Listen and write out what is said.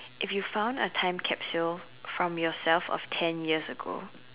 if we found a time capsule from yourself of ten years ago